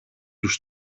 τους